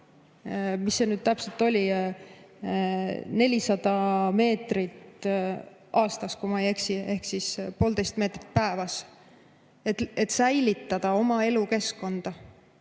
mis see nüüd täpselt oli? – 400 meetrit aastas, kui ma ei eksi, ehk poolteist meetrit päevas, et säilitada oma elukeskkonda,